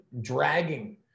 dragging